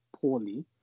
poorly